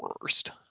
worst